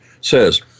says